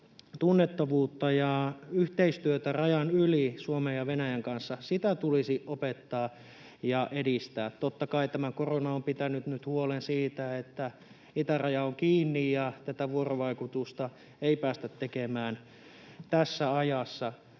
tunnettavuutta ja yhteistyötä rajan yli Suomen ja Venäjän välillä tulisi opettaa ja edistää. Totta kai korona on pitänyt nyt huolen siitä, että itäraja on kiinni ja tätä vuorovaikutusta ei päästä tekemään tässä ajassa.